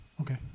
Okay